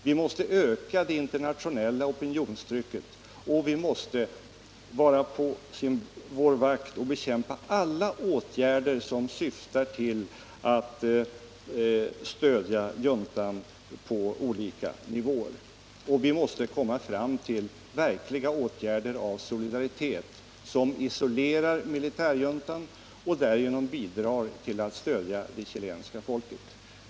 Vi måste öka det internationella opinionstrycket, och vi måste vara på vår vakt och bekämpa alla åtgärder som syftar till att stödja juntan på olika nivåer. Vi måste komma fram till verkliga åtgärder av solidaritet som isolerar militärjuntan och därigenom bidrar till att stödja det chilenska folket.